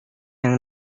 yang